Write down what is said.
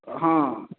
हँ